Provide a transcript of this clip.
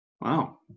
Wow